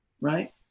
right